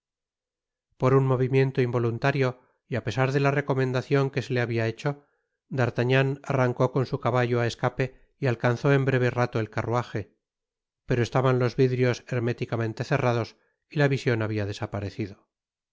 por un movimiento involuntario y á pesar de la recomendacion que se le habia hecho d'artagnan arrancó con su caballo á escape y alcanzó en breve rato el carruaje pero estaban los vidrios herméticamente cerrados y la vision habia desaparecido